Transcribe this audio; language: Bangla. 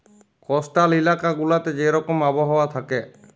কস্টাল ইলাকা গুলাতে যে রকম আবহাওয়া থ্যাকে